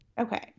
Okay